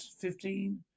fifteen